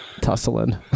Tussling